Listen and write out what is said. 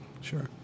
Sure